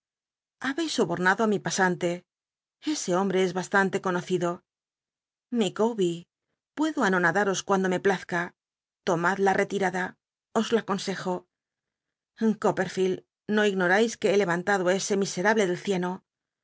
sobol'llado ü mi pasante ese hombre es bastante conocido ilicawbee puedo anonadaros cuando me plazca l omad la retirada os lo aconsejo copperlield no ignorais que be lenlllado á ese miserable del cieno